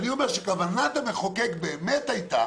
אני אומר שכוונת המחוקק באמת הייתה,